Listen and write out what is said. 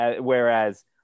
Whereas